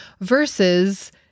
versus